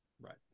Right